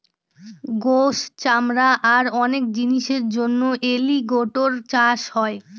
গোস, চামড়া আর অনেক জিনিসের জন্য এলিগেটের চাষ হয়